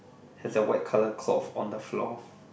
has a white colour cloth on the floor